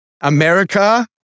America